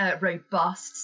robust